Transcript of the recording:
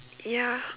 ya